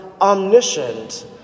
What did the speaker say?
omniscient